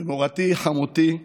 ומורתי חמותי,